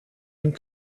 and